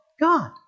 God